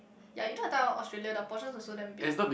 ya you drop down Australia the portions also damn big